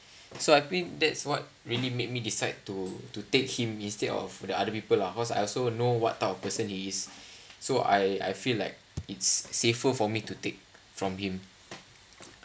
so I've been that's what really made me decide to to take him instead of like the other people lah because I also know what type of person he is so I I feel like it's safer for me to take from him